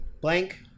blank